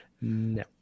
No